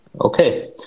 Okay